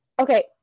Okay